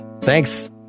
Thanks